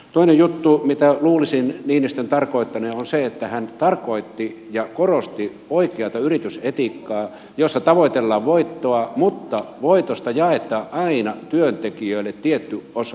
toinen juttu mitä luulisin niinistön tarkoittaneen on se että hän tarkoitti ja korosti oikeata yritysetiikkaa jossa tavoitellaan voittoa mutta voitosta jaetaan aina työntekijöille tietty osa